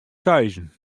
seizen